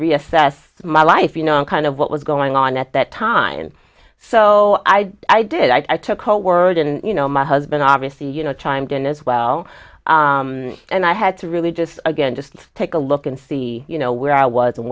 reassess my life you know kind of what was going on at that time so i did i took old word and you know my husband obviously you know chimed in as well and i had to really just again just take a look and see you know where i was and